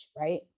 right